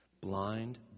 blind